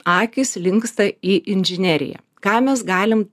akys linksta į inžineriją ką mes galim